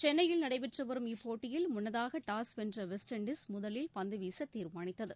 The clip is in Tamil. சென்னையில் நடைபெற்று வரும் இப்போட்டியில் முன்னதாக டாஸ் வென்ற வெஸ்ட் இண்டீஸ் முதலில் பந்து வீச தீர்மானித்தது